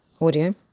audio